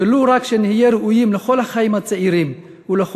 ולו רק שנהיה ראויים לכל החיים הצעירים ולכל